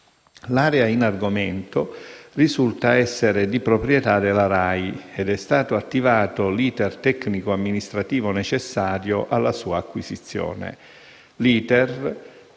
L'area in argomento risulta essere di proprietà della RAI ed è stato attivato l'*iter* tecnico-amministrativo necessario alla sua acquisizione.